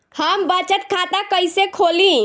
हम बचत खाता कईसे खोली?